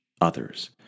others